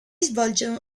svolge